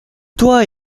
toit